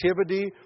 activity